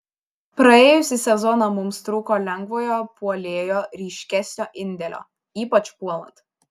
praėjusį sezoną mums trūko lengvojo puolėjo ryškesnio indėlio ypač puolant